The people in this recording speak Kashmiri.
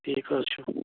ٹھیٖک حظ چھُ